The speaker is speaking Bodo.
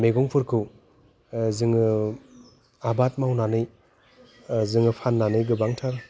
मैगंफोरखौ जोङो आबाद मावनानै जोङो फान्नानै गोबांथार